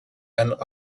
and